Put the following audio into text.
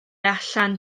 allan